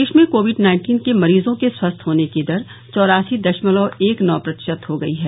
प्रदेश में COVID nineteen के मरीजों के स्वस्थ होने की दर चौरासी दशमलव एक नौ प्रतिशत हो गई है